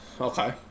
Okay